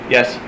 Yes